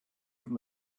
from